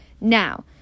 Now